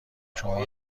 شما